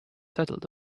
settled